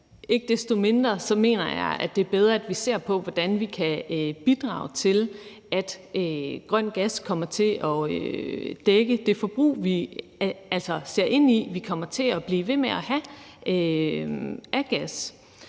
ikke desto mindre mener jeg, det er bedre, at vi ser på, hvordan vi kan bidrage til, at grøn gas kommer til at dække det forbrug, vi ser ind i vi kommer til at blive ved med at have af gas.